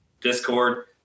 Discord